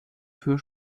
für